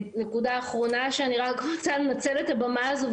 נקודה אחרונה שאני רק רוצה לנצל את הבמה הזו,